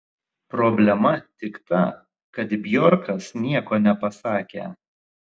problema tik ta kad bjorkas nieko nepasakė